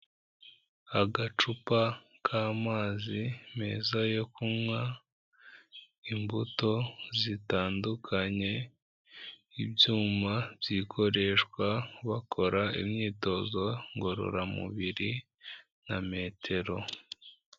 Agacupa k'amazi meza yo kunywa, imbuto zitandukanye, ibyuma byikoreshwa bakora imyitozo ngororamubiri na metero.